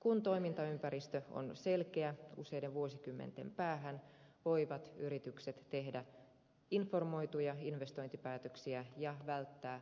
kun toimintaympäristö on selkeä useiden vuosikymmenten päähän voivat yritykset tehdä informoituja investointipäätöksiä ja välttää